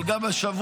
אבל גם השבוע,